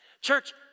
Church